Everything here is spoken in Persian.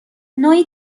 نوعی